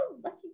lucky